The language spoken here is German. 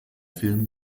film